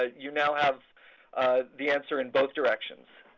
ah you now have the answer in both directions.